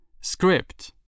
Script